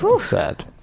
sad